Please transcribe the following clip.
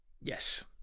Yes